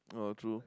oh true